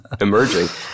emerging